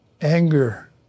anger